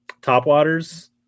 topwaters